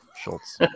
Schultz